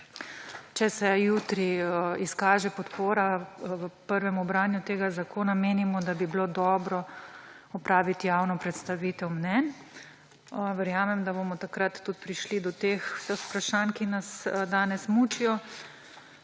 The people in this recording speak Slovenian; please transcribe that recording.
če se jutri izkaže podpora prvemu branju tega zakona, menimo, da bi bilo dobro opraviti javno predstavitev mnenj. Verjamem, da bomo takrat tudi prišli do teh vseh vprašanj, ki nas danes mučijo.